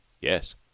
Yes